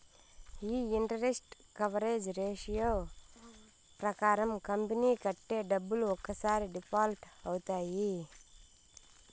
ఈ interest coverage ratio ప్రకారం company కట్టే డబ్బులు ఒక్కసారి డిఫాల్ట్ అవుతాయి